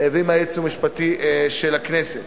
ועם היועץ המשפטי של הכנסת.